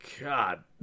God